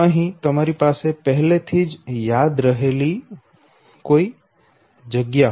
અહીં તમારી પાસે પહેલેથી જ યાદ રહેલી જગ્યા છે